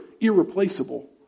irreplaceable